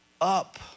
up